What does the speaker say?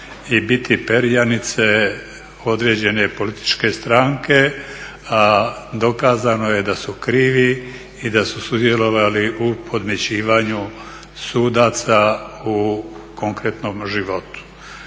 i biti perjanice određene političke stranke, a dokazano je da su krivi i da su sudjelovali u podmićivanju sudaca u konkretnom životu.